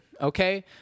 okay